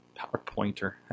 PowerPointer